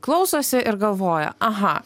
klausosi ir galvoja aha